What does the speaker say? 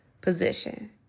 position